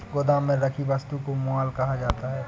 गोदाम में रखी वस्तु को माल कहा जाता है